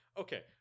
okay